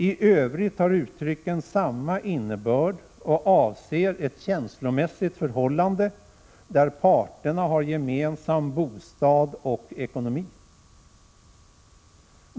I övrigt har uttrycken samma innebörd och avser ett känslomässigt förhållande där parterna har gemensam bostad och ekonomi.